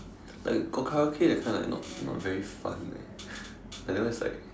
like got Karaoke that kind like not not very fun eh but that one is like